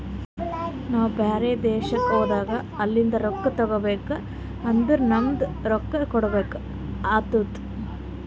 ನಾವು ಬ್ಯಾರೆ ದೇಶ್ಕ ಹೋದಾಗ ಅಲಿಂದ್ ರೊಕ್ಕಾ ತಗೋಬೇಕ್ ಅಂದುರ್ ನಮ್ದು ರೊಕ್ಕಾ ಕೊಡ್ಬೇಕು ಆತ್ತುದ್